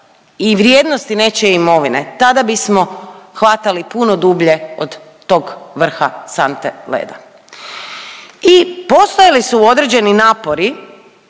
i vrijednosti nečije imovine tada bismo hvatali puno dublje od tog vrha sante leda. I postojali su određeni napori